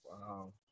wow